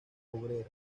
obreras